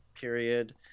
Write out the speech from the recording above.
period